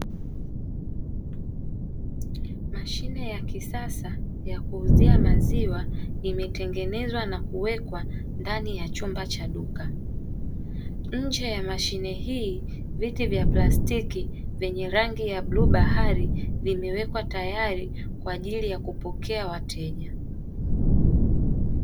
Mashine ya kisasa yakuuzia maziwa, imetengenezwa na kuwekwa ndani ya chumba cha duka. Nje ya mashine hii viti vya plastiki vyenye rangi ya bluu bahari vimewekwa tayari kwaajili ya kupokea wateja.